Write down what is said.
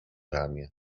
ramię